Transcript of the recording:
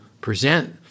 present